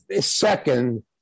second